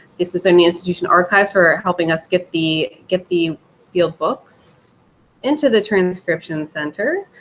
the smithsonian institution archives for helping us get the get the field books into the transcription center.